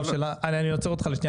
אני עוצר אותך לשנייה,